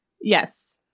Yes